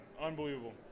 unbelievable